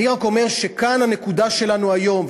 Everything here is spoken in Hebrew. אני רק אומר שכאן הנקודה שלנו היום,